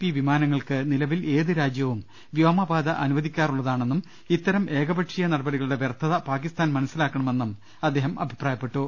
P വിമാനങ്ങൾക്ക് നിലവിൽ ഏത് രാജ്യവും വ്യോമപാത അനുവദിക്കാറുള്ളതാണെന്നും ഇത്തരം ഏകപ ക്ഷീയ നടപടികളുടെ വൃർഥത പാക്കിസ്ഥാൻ മനസ്സിലാക്കണ മെന്നും അദ്ദേഹം അഭിപ്രായപ്പെട്ടു